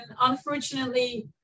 unfortunately